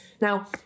Now